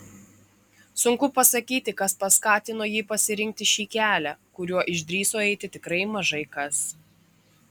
sunku pasakyti kas paskatino jį pasirinkti šį kelią kuriuo išdrįso eiti tikrai mažai kas